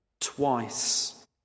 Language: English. twice